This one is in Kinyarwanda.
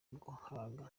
guhaga